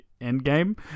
Endgame